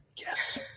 Yes